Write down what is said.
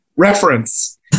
reference